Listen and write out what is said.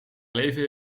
leven